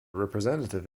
representative